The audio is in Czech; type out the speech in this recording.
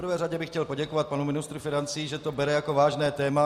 V prvé řadě bych chtěl poděkovat panu ministru financí, že to bere jako vážné téma.